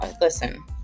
listen